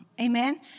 Amen